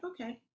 okay